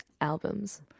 albums